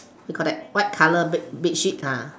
we call that white colour bed bed sheet ah